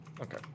Okay